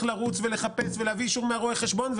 לרוץ ולחפש ולהביא אישור מרואה החשבון,